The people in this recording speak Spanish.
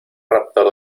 raptor